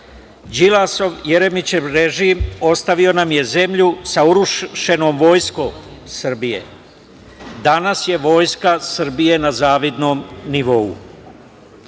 Đilasov i Jeremićev režim ostavimo nam je zemlju sa urušenom Vojskom Srbije. Danas je Vojska Srbije na zavidnom nivou.